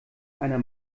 einer